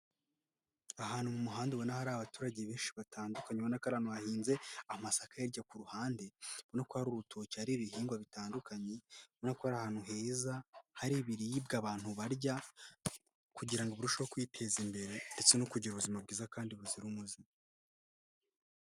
Ahantu mu muhanda ubona hari abaturage benshi batandukanye ubona ko ari ahantu hahinze amasaka hirya ku ruhande ubona ko hari urutoki, hari ibihingwa bitandukanye muri ko ari ahantu heza hari ibiribwa abantu barya kugirango ngo barusheho kwiteza imbere ndetse no kugira ubuzima bwiza kandi buzira umuze.